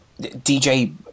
dj